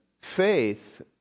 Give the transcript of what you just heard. faith